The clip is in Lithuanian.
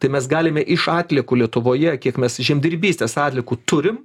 tai mes galime iš atliekų lietuvoje kiek mes iš žemdirbystės atliekų turim